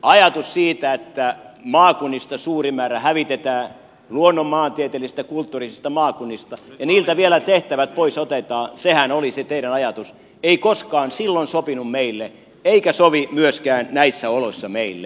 ajatus siitä että maakunnista suuri määrä hävitetään luonnonmaantieteellisistä kulttuurisista maakunnista ja niiltä vielä tehtävät pois otetaan sehän oli se teidän ajatuksenne ei koskaan silloin sopinut meille eikä sovi myöskään näissä oloissa meille